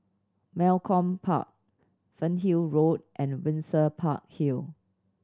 Malcolm Park Fernhill Road and Windsor Park Hill